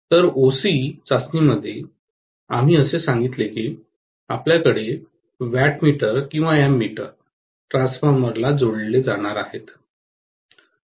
तर ओसी चाचणीमध्ये आम्ही असे सांगितले की आपल्याकडे वॅटमीटर आणि एमीटरद्वारे ट्रान्सफॉर्मर जोडले जाणार आहोत